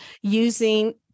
using